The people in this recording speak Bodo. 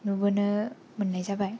नुबोनो मोननाय जाबाय